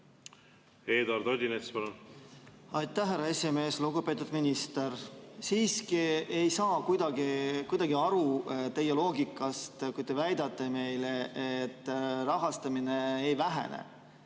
see ei vähene. Aitäh, härra esimees! Lugupeetud minister! Siiski ei saa kuidagi aru teie loogikast, kui te väidate meile, et rahastamine ei vähene.